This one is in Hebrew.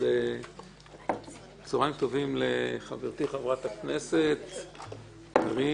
צהרים טובים לחברתי, חברת הכנסת קארין.